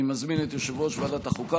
אני מזמין את יושב-ראש ועדת החוקה,